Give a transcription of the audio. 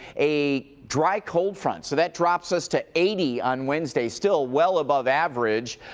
a dry cold front, so that drops us to eighty on wednesday. still well above average,